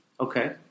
Okay